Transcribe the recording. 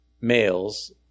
males